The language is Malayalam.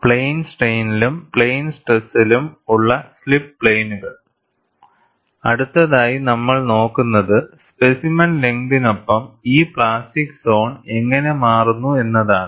പ്ലെയിൻ സ്ട്രെയിനിലും പ്ലെയിൻ സ്ട്രെസിലും ഉള്ള സ്ലിപ്പ് പ്ലെയിനുകൾ അടുത്തതായി നമ്മൾ നോക്കുന്നത് സ്പെസിമെൻ ലെങ്തിനൊപ്പം ഈ പ്ലാസ്റ്റിക് സോൺ എങ്ങനെ മാറുന്നു എന്നതാണ്